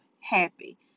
happy